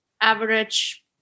average